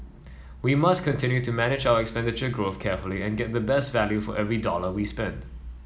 we must continue to manage our expenditure growth carefully and get the best value for every dollar we spend